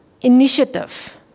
initiative